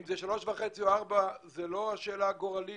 אם זה שלוש וחצי או ארבע זו לא השאלה הגורלית.